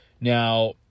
Now